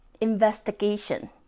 Investigation